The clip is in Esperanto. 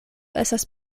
estas